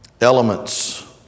elements